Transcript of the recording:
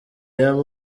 yaba